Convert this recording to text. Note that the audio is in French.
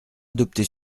adopté